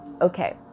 okay